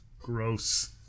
gross